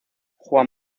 juan